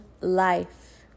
life